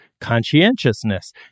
conscientiousness